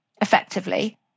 effectively